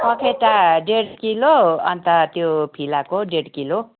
पखेटा ढेड किलो अन्त त्यो फिलाको ढेड किलो